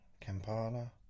Kampala